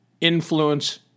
influence